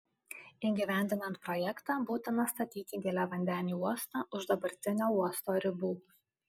įgyvendinant projektą būtina statyti giliavandenį uostą už dabartinio uosto ribų